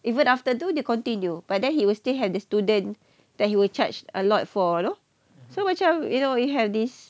even after tu dia continue but then he will still had the student that he were charged a lot for you know so macam you know you have this